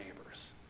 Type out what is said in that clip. neighbors